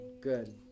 good